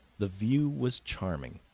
the view was charming,